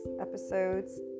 Episodes